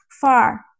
far